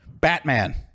Batman